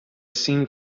seemed